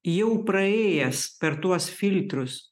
jau praėjęs per tuos filtrus